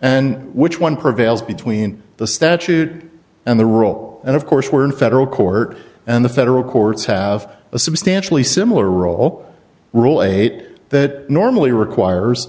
and which one prevails between the statute and the rule and of course we're in federal court and the federal courts have a substantially similar role rule eight that normally requires